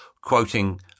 quoting